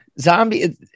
Zombie